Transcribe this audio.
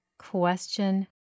Question